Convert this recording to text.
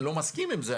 אני לא מסכים עם זה,